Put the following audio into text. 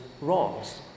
wrongs